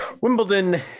Wimbledon